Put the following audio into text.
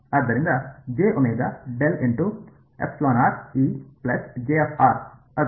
ಆದ್ದರಿಂದ ಅದು